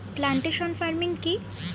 Plantation farming কি?